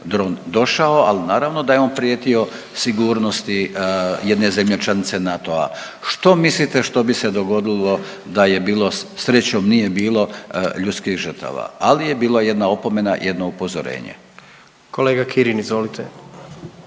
došao, ali naravno da je on prijetio sigurnosti jedne zemlje članice NATO-a. Što mislite što bi se dogodilo da je bilo, srećom nije bilo ljudskih žrtava, ali je bila jedna opomena, jedno upozorenje. **Jandroković,